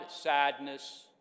sadness